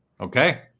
okay